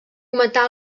matar